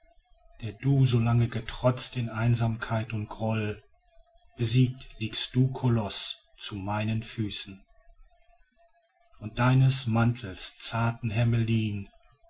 der du so lang getrotzt in einsamkeit und groll besiegt liegst du koloß zu meinen füßen und deines mantels zarten hermelin